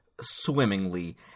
swimmingly